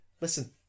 Listen